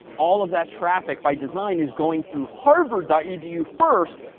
all of that traffic by design is going through harvard dot edu first,